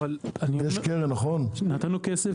הכסף